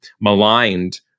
maligned